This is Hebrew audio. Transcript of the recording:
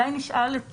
אולי נשאל את